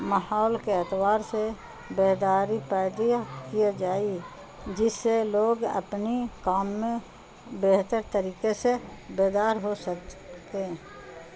ماحول کے اعتبار سے بیداری پیدیا کی جائے جس سے لوگ اپنی کام میں بہتر طریقے سے بیدار ہو سکتے